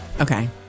Okay